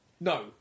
No